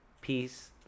peace